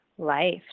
life